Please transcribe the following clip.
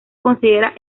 considera